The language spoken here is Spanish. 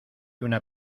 una